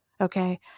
Okay